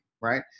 right